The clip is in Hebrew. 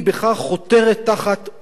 הייתי אומר אפילו, אושיות הציונות.